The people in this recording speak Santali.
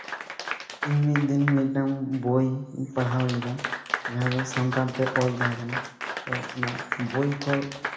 ᱤᱧ ᱢᱤᱫ ᱫᱤᱱ ᱢᱤᱫᱴᱟᱝ ᱵᱳᱭᱤᱧ ᱯᱟᱲᱦᱟᱣ ᱞᱮᱫᱟ ᱡᱟᱦᱟᱸ ᱫᱚ ᱥᱟᱱᱛᱟᱲ ᱛᱮ ᱚᱞ ᱛᱟᱦᱮᱸᱠᱟᱱᱟ ᱛᱚ ᱚᱱᱟ ᱵᱳᱭ ᱠᱷᱚᱡ